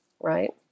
Right